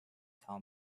tell